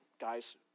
guys